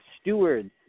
stewards